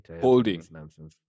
Holding